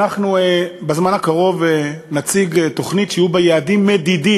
בזמן הקרוב אנחנו נציג תוכנית שיהיו בה יעדים מדידים,